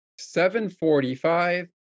7.45